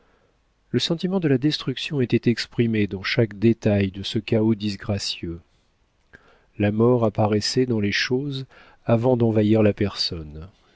le sentiment de la destruction était exprimé dans chaque détail de ce chaos disgracieux la mort apparaissait dans les choses avant d'envahir la personne